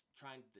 trying